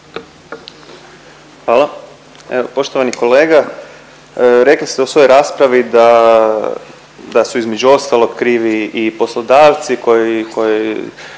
Hvala. Evo poštovani kolega, rekli ste u svojoj raspravi da su između ostalog krivi i poslodavci koji